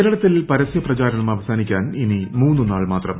കേരളത്തിൽ പരസ്യപ്രചാരണം അവസാനിക്കാൻ ഇനി മൂന്നുനാൾ മാത്രം